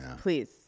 Please